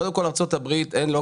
קודם כל נכון שבארצות הברית אין local